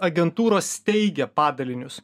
agentūros steigia padalinius